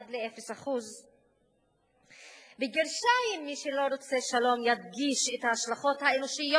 עד 0%. "מי שלא רוצה שלום" ידגיש את ההשלכות האנושיות